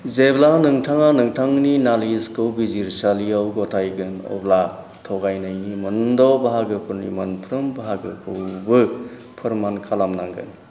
जेब्ला नोंथाङा नोंथांनि नालिसखौ बिजिरसालियाव गथायगोन अब्ला थगायनायनि मोनद' बाहागोफोरनि मोनफ्रोम बाहागोखौबो फोरमान खालामनांगोन